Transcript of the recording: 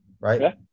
right